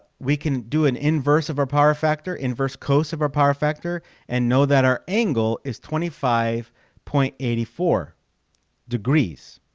we can do an inverse of our power factor inverse cos of our power factor and know that our angle is twenty five point eight four degrees